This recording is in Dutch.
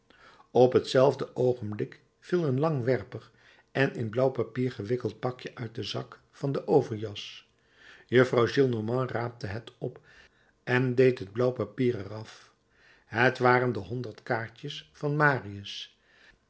op hetzelfde oogenblik viel een langwerpig en in blauw papier gewikkeld pakje uit den zak van de overjas juffrouw gillenormand raapte het op en deed het blauw papier er af het waren de honderd kaartjes van marius